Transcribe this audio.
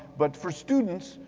but for students,